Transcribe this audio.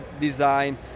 design